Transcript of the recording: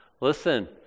Listen